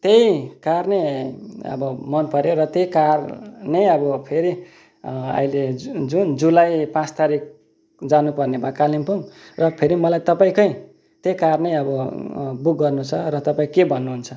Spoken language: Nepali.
त्यही कार नै अब मनपर्यो र त्यही कार नै अब फेरि अहिले जु जुन जुलाई पाँच तारिक जानुपर्ने भयो कालिम्पोङ र फेरि मलाई तपाईँकै त्यही कार नै अब बुक गर्नुछ र तपाईँ के भन्नुहुन्छ